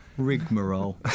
Rigmarole